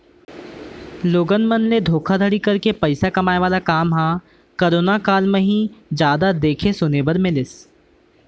लोगन मन ले धोखाघड़ी करके पइसा कमाए वाला काम ह करोना काल म ही जादा देखे सुने बर मिलिस